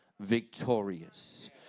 victorious